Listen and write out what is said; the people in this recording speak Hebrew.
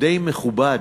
די מכובד,